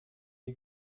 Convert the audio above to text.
die